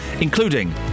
including